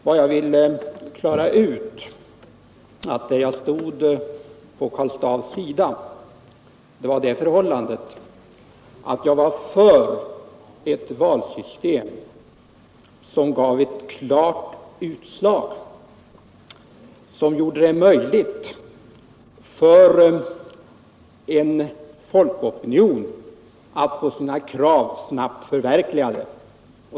Vad jag ville klara ut var att jag stod på Karl Staaffs sida, därför att jag är för ett valsystem som ger ett klart utslag och som gör det möjligt för en folkopinion att få sina krav snabbt förverkligade.